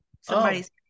somebody's